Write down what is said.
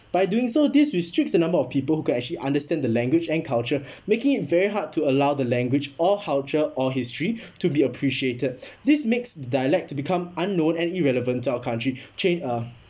by doing so this restricts the number of people who can actually understand the language and culture making it very hard to allow the language or culture or history to be appreciated this makes the dialect to become unknown and irrelevant to our country change~ uh